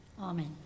Amen